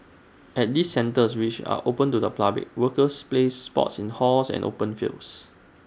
at these centres which are open to the public workers play sports in halls and open fields